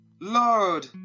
Lord